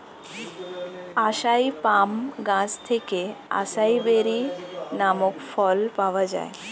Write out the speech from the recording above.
আসাই palm গাছ থেকে acai berry নামক ফল পাওয়া যায়